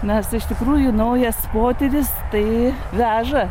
nes iš tikrųjų naujas potyris tai veža